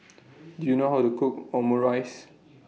Do YOU know How to Cook Omurice